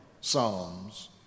psalms